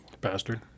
Bastard